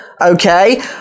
Okay